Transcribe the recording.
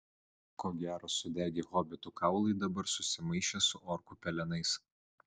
ko gero sudegę hobitų kaulai dabar susimaišė su orkų pelenais